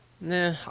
Nah